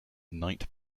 knight